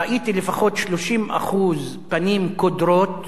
ראיתי לפחות 30% פנים קודרות,